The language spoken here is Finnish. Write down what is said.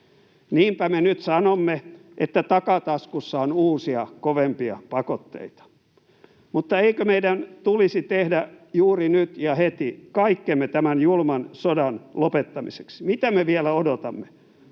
Niinpä me nyt sanomme, että takataskussa on uusia kovempia pakotteita. Mutta eikö meidän tulisi tehdä juuri nyt ja heti kaikkemme tämän julman sodan lopettamiseksi? Mitä me vielä odotamme?